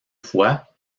fois